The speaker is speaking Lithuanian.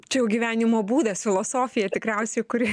čia jau gyvenimo būdas filosofija tikriausiai kuri